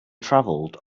travelled